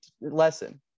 lesson